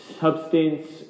substance